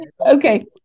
Okay